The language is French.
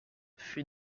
fut